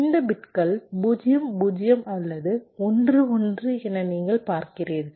இந்த பிட்கள் 0 0 அல்லது 1 1 என நீங்கள் பார்க்கிறீர்கள்